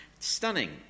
Stunning